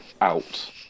out